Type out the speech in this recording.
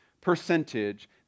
percentage